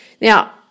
Now